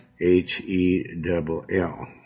h-e-double-l